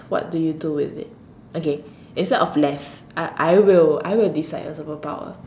what do you do with it okay instead of left I I will I will decide a superpower